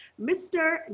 Mr